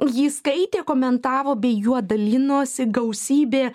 jį skaitė komentavo bei juo dalinosi gausybė